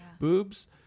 boobs